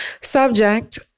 Subject